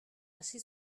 hasi